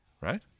Right